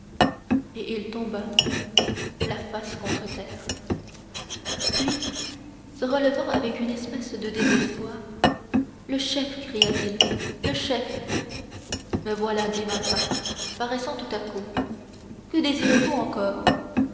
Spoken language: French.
et il tomba la face contre terre puis se relevant avec une espèce de désespoir le chef cria-t-il le chef me voilà dit vampa paraissant tout à coup que désirez-vous encore